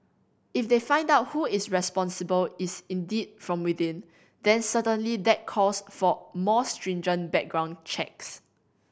if they find out who is responsible is indeed from within then certainly that calls for more stringent background checks